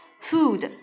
Food